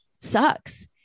sucks